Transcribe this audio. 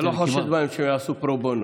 אתה לא חושד בהם שיעשו פרו בונו.